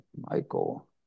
Michael